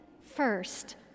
first